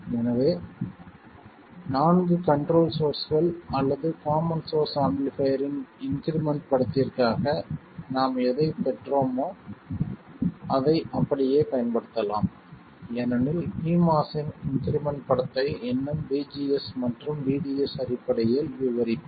எனவே நான்கு கண்ட்ரோல் சோர்ஸ்கள் அல்லது காமன் சோர்ஸ் ஆம்பிளிபைர் இன் இன்க்ரிமெண்ட்ப் படத்திற்காக நாம் எதைப் பெற்றோமோ அதை அப்படியே பயன்படுத்தலாம் ஏனெனில் pMOS இன் இன்க்ரிமெண்ட் படத்தை இன்னும் vGS மற்றும் vDS அடிப்படையில் விவரிப்போம்